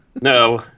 No